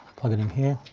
plug it in here,